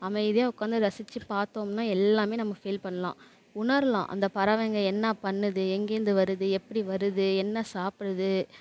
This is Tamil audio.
அமைதியாக உட்காந்து ரசித்து பார்த்தோம்ன்னா எல்லாம் நம்ம ஃபீல் பண்ணலாம் உணரலாம் அந்த பறவைங்க என்ன பண்ணுது எங்கேருந்து வருது எப்படி வருது என்ன சாப்பிடுது